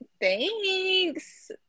Thanks